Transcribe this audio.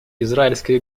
израильской